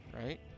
Right